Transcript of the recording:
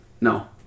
No